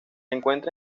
encuentra